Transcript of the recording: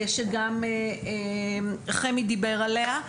שגם חמי דיבר עליה,